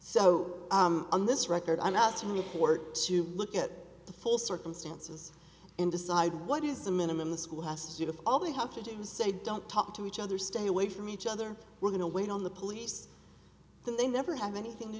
so on this record i'm not so many court to look at the full circumstances and decide what is the minimum the school has to do with all they have to do is say don't talk to each other stay away from each other we're going to wait on the police and they never have anything to